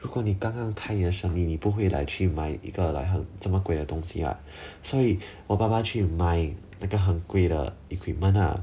如果你刚刚开你的生意你不会 like 去买一个 like 很这么贵的东西 [what] 所以我爸爸去买那个很贵的 equipment ah